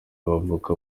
bavuka